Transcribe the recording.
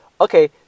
okay